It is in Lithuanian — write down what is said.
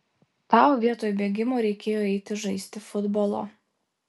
tau vietoj bėgimo reikėjo eiti žaisti futbolo